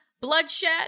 bloodshed